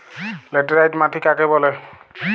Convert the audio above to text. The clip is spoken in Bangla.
লেটেরাইট মাটি কাকে বলে?